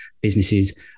businesses